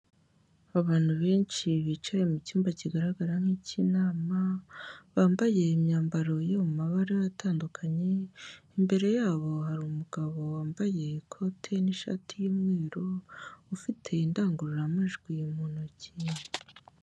Abantu benshi bicaye mu cyumba kigaragara nk'ikinama, bambaye imyambaro yo mabara atandukanye, imbere yabo hari umugabo wambaye ikote n'ishati y'umweru, ufite indangurura majwi mu ntoki.